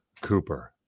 Cooper